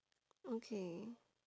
okay